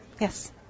Yes